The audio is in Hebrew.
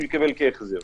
יקבל כהחזר.